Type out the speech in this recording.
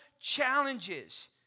challenges